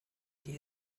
die